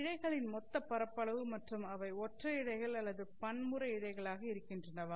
இழைகளின் மொத்த பரப்பளவு மற்றும் அவை ஒற்றை இழைகள் அல்லது பன்முறை இழைகளாக இருக்கின்றனவா